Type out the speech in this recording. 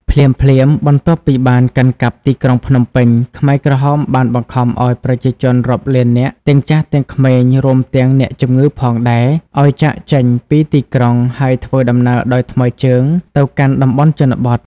ភ្លាមៗបន្ទាប់ពីបានកាន់កាប់ទីក្រុងភ្នំពេញ ខ្មែរក្រហមបានបង្ខំឲ្យប្រជាជនរាប់លាននាក់ទាំងចាស់ទាំងក្មេង រួមទាំងអ្នកជំងឺផងដែរ ឲ្យចាកចេញពីទីក្រុង ហើយធ្វើដំណើរដោយថ្មើរជើងទៅកាន់តំបន់ជនបទ។